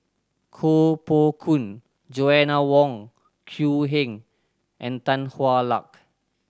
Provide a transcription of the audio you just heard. Koh Poh Koon Joanna Wong Quee Heng and Tan Hwa Luck